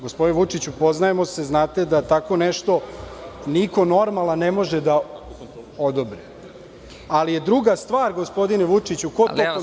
Gospodine Vučiću, poznajemo se i znate da tako nešto niko normalan ne može da odobri, ali je druga stvar ko to kontroliše.